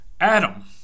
Adam